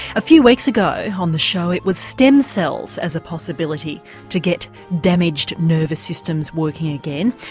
a few weeks ago on the show it was stem cells as a possibility to get damaged nervous systems working again.